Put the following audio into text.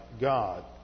God